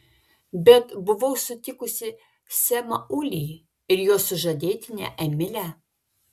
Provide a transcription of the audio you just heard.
bet buvau sutikusi semą ulį ir jo sužadėtinę emilę